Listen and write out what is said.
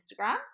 Instagram